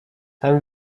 tam